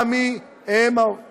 עמ"י הם, סליחה?